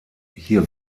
hier